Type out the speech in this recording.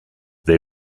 they